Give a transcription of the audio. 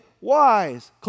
wise